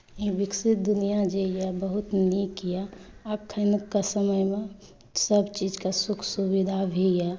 ई विकसित दुनिआ जे यऽ बहुत नीक यऽ अखनके समयमे सभ चीजके सुख सुविधा भी यऽ